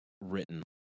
written